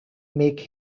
make